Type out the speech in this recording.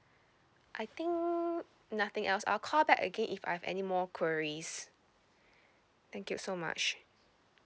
I think nothing else I'll call back again if I have any more queries thank you so much